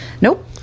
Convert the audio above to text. Nope